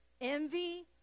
Envy